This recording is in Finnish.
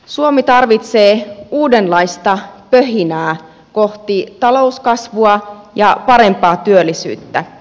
suomi tarvitsee uudenlaista pöhinää kohti talouskasvua ja parempaa työllisyyttä